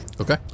okay